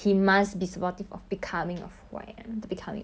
oh ya lah like support you in your growth and your change